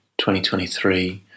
2023